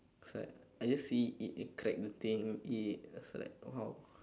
it's like I just see it crack the thing eat it it was like !wow!